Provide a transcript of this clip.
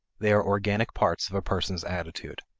they are organic parts of a person's attitude.